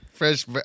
Fresh